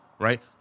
Right